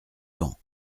vent